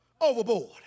overboard